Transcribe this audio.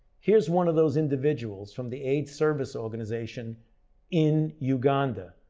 here's one of those individuals from the aids service organization in uganda.